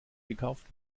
gekauft